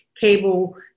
cable